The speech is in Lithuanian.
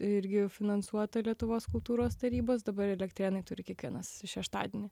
irgi finansuota lietuvos kultūros tarybos dabar elektrėnai turi kiekvienas šeštadienį